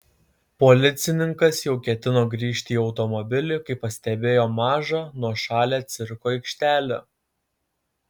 policininkas jau ketino grįžti į automobilį kai pastebėjo mažą nuošalią cirko aikštelę